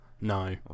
No